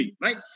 right